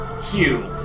Hugh